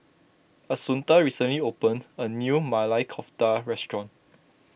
Assunta recently opened a new Maili Kofta restaurant